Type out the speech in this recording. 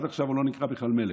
עד עכשיו הוא לא נקרא בכלל מלך.